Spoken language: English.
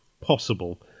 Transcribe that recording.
possible